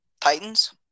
Titans